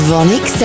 Vonic